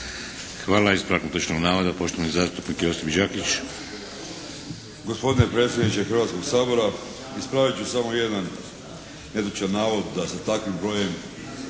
Hvala. Ispravak netočnog navoda, poštovani zastupnik Josip Đakić.